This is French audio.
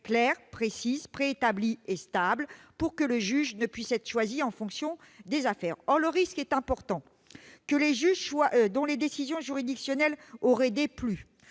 claires, précises, préétablies et stables, afin d'éviter que le juge ne soit choisi en fonction des affaires. Or « le risque est important que les juges dont les décisions juridictionnelles auraient déplu